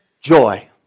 joy